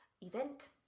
event